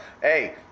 hey